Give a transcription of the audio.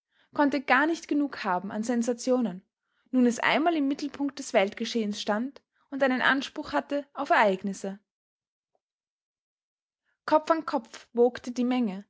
konnte gar nicht genug haben an sensationen nun es einmal im mittelpunkte des weltgeschehens stand und einen anspruch hatte auf ereignisse kopf an kopf wogte die menge